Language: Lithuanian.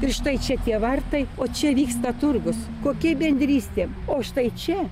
ir štai čia tie vartai o čia vyksta turgus kokia bendrystė o štai čia